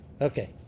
okay